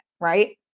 right